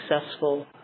successful